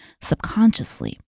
subconsciously